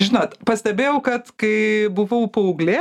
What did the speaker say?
žinot pastebėjau kad kai buvau paauglė